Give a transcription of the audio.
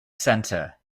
centre